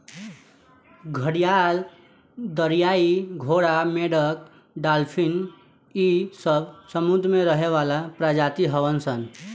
घड़ियाल, दरियाई घोड़ा, मेंढक डालफिन इ सब समुंद्र में रहे वाला प्रजाति हवन सन